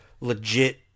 legit